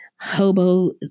hobo